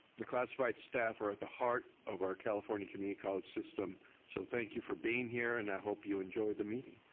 the classified staff are at the heart of our california community college system so thank you for being here and i hope you enjoy the meeting.